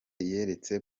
yeretse